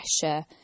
pressure